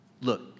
Look